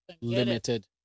limited